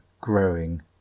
growing